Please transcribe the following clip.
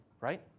right